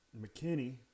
McKinney